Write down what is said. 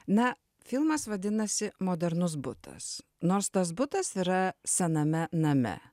na filmas vadinasi modernus butas nors tas butas yra sename name